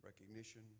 recognition